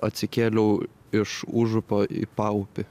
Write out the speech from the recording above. atsikėliau iš užupio į paupį